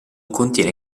contiene